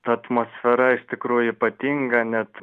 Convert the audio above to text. ta atmosfera iš tikrųjų ypatinga net